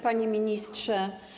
Panie Ministrze!